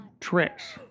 Tricks